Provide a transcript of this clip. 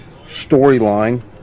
storyline